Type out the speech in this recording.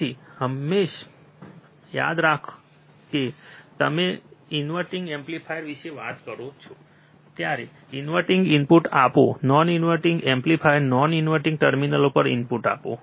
તેથી હંમેશા યાદ રાખો કે જ્યારે તમે ઇન્વર્ટીંગ એમ્પ્લીફાયર વિશે વાત કરો છો ત્યારે ઇનવર્ટિંગ ઇનપુટ આપો non inverting amplifier non inverting terminal ઉપર ઇનપુટ આપો